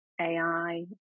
AI